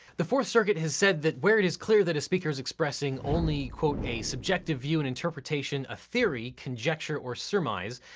the fourth circuit has said that, where it is clear that a speaker is expressing only, quote, a subjective view, an interpretation, a theory, conjecture or surmise,